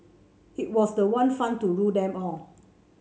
it was the one fund to rule them all